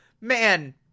Man